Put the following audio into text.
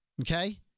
Okay